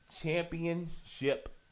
championship